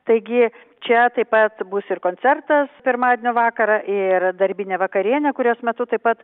taigi čia taip pat bus ir koncertas pirmadienio vakarą ir darbinė vakarienė kurios metu taip pat